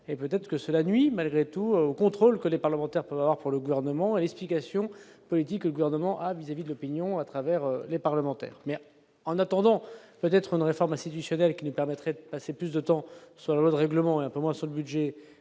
et peut-être que cela nuit malgré tout au contrôle que les parlementaires pour le gouvernement, explication politique, le gouvernement a vis-à-vis de l'opinion, à travers les parlementaires mais en attendant d'être dans les pharmacies du Chanel qui nous permettraient de passer plus de temps sur le règlement un peu moins sur le budget,